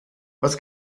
was